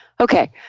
Okay